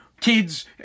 kids